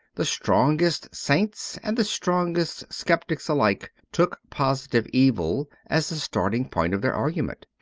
the strongest saints and the strongest sceptics alike took positive evil as the starting-point of their argument.